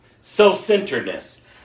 Self-centeredness